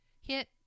hit